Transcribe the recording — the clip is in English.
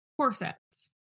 Corsets